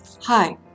hi